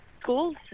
schools